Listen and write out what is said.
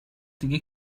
دیگه